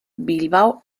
bilbao